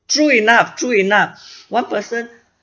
true enough true enough one person